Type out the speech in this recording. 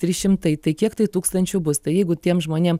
tris šimtai tai kiek tai tūkstančių bus tai jeigu tiem žmonėm